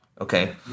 Okay